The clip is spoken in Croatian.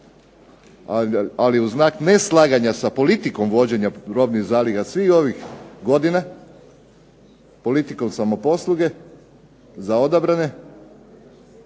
ali u znak ne slaganja sa politikom vođenja robnih zaliha svih ovih godina, politikom samoposluge za odabrane,